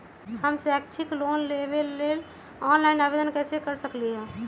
हम शैक्षिक लोन लेबे लेल ऑनलाइन आवेदन कैसे कर सकली ह?